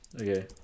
okay